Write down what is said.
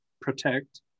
protect